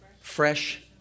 fresh